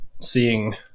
seeing